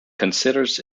considers